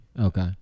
Okay